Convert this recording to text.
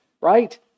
right